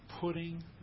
putting